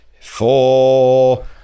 Four